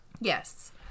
Yes